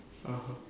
(uh huh)